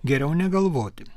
geriau negalvoti